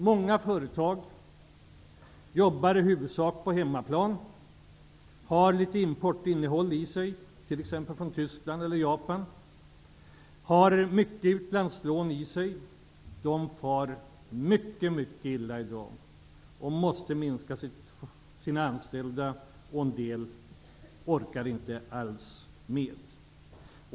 Många företag jobbar i huvudsak på hemmaplan, importerar delar från t.ex. Tyskland eller Japan, och har stora utlandslån. De företagen far mycket illa i dag och måste minska antalet anställda. En del företag orkar inte alls med.